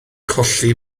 colli